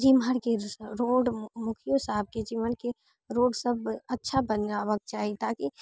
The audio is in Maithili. जे इम्हरके रोड मुखियो साहबके जीवनके रोड सब अच्छा बन जाबऽके चाही ताकि